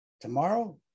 Tomorrow